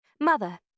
Mother